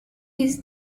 his